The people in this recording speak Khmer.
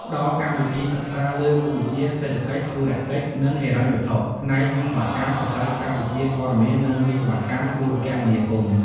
ផ្តល់កម្មវិធីសិក្សាលើមុខវិជ្ជាសេដ្ឋកិច្ច ធុរកិច្ច និងហិរញ្ញវត្ថុ ផ្នែកវិស្វកម្មបច្ចេកវិទ្យាព័ត៌មាន និងវិស្វកម្មទូរគមនាគមន៍។